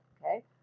okay